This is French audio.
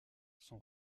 son